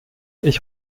ich